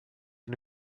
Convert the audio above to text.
and